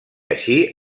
així